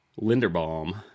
Linderbaum